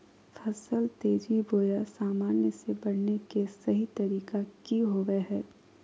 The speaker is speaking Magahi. फसल तेजी बोया सामान्य से बढने के सहि तरीका कि होवय हैय?